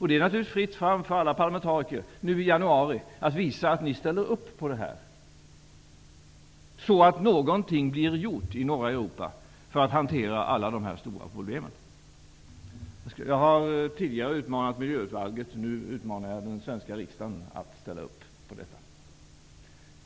Det är naturligtvis fritt fram för alla ni parlamentariker att nu i januari visa att ni ställer upp på detta, så att någonting blir gjort för att hantera alla dessa stora problem i norra Europa. Jag har tidigare utmanat Milj udvalget. Nu utmanar jag den svenska riksdagen att ställa upp på detta.